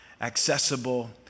accessible